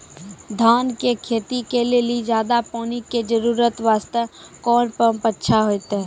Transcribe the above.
धान के खेती के लेली ज्यादा पानी के जरूरत वास्ते कोंन पम्प अच्छा होइते?